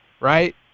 right